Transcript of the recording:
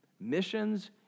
Missions